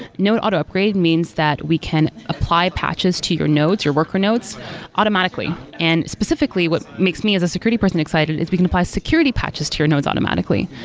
node auto-upgrade means that we can apply patches to your nodes or worker nodes automatically. and specifically, what makes me as a security person excited is we can apply security patches to your nodes automatically.